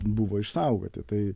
buvo išsaugoti tai